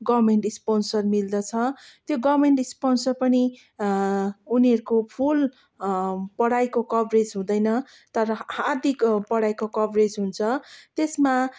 government sponsor मिल्दछ त्यो government sponsor पनि उनीहरूको फुल पढाइको कभरेज हुँदैन तर आधाको पढाइको कभरेज हुन्छ त्यसमा